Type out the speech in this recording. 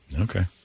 Okay